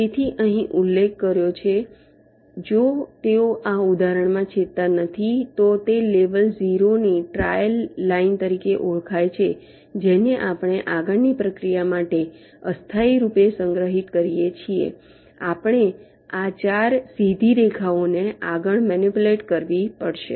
તેથી અહીં ઉલ્લેખ કર્યો છે જો તેઓ આ ઉદાહરણમાં છેદતા નથી તો તે લેવલ 0 ની ટ્રેઇલ લાઇન તરીકે ઓળખાય છે જેને આપણે આગળની પ્રક્રિયા માટે અસ્થાયી રૂપે સંગ્રહિત કરીએ છીએ આપણે આ 4 સીધી રેખાઓને આગળ મેનીપુલેટ કરવી પડશે